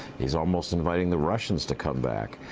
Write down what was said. he's almost inviting the russians to come back.